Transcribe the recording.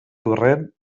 torrent